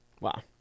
Wow